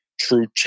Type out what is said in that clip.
true